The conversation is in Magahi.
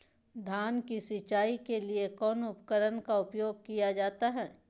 धान की सिंचाई के लिए कौन उपकरण का उपयोग किया जाता है?